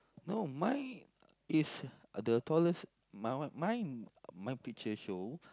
no mine is the tallest my one mine my picture show